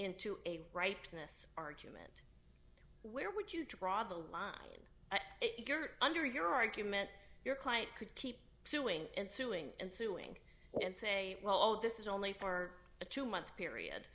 into a right this argument where would you draw the line under your argument your client could keep suing and suing and suing and say well this is only for a two month period